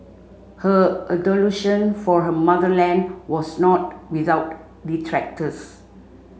her adulation for her motherland was not without detractors